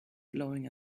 blowing